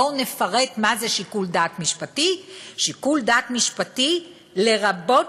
בואו נפרט מה זה שיקול דעת משפטי: "'שיקול דעת משפטי' לרבות